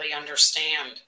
understand